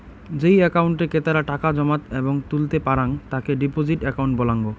যেই একাউন্টে ক্রেতারা টাকা জমাত এবং তুলতে পারাং তাকে ডিপোজিট একাউন্ট বলাঙ্গ